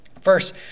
First